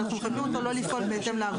אם הוא רוצה לא להיות אחראי?